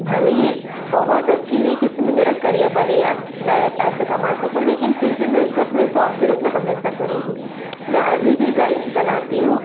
भले ही बहुत अच्छी नहीं कि इसमें मेरा करियर बने या मैं पैसे कमा सकूँ लेकिन फिर भी मैं इसे अपने शौक के रूप में हमेशा करुँगी मैं अभी भी ड्रॉइंग्स बनाती हूँ